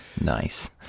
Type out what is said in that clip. Nice